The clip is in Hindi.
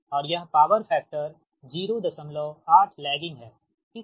और यह पावर फैक्टर 08 लैगिंग है ठीक